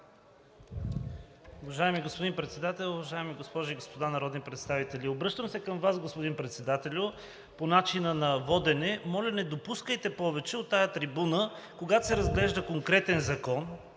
Уважаеми господин Председател, уважаеми госпожи и господа народни представители! Обръщам се към Вас, господин Председател, по начина на водене. Моля, не допускайте повече от тази трибуна, когато се разглежда конкретен закон